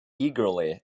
eagerly